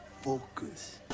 focus